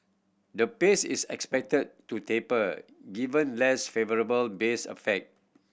the pace is expected to taper given less favourable base effect